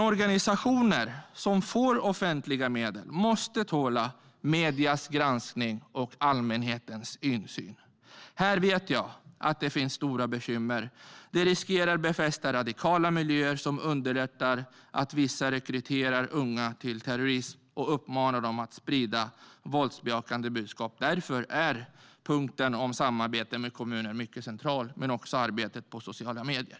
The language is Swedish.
Organisationer som får offentliga medel måste tåla mediernas granskning och allmänhetens insyn. Jag vet att det finns stora bekymmer när det gäller det. Det riskerar att befästa radikala miljöer som underlättar för vissa att rekrytera unga till terrorism och uppmana dem att sprida våldsbejakande budskap. Därför är punkten om samarbete med kommuner mycket central. Men det gäller även arbetet på sociala medier.